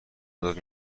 مداد